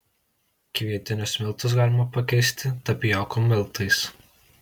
kvietinius miltus galima pakeisti tapijokų miltais